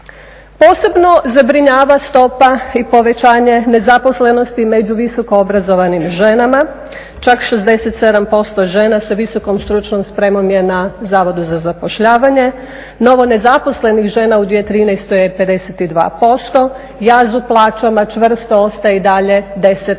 Posebno zabrinjava stopa i povećanje nezaposlenosti među visoko obrazovanim ženama. Čak 67% žena sa visokom stručnom spremom je na Zavodu za zapošljavanje, novonezaposlenih žena u 2013. je 52%. JAZU plaćama čvrsto ostaje i dalje 10